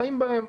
חיים בהן.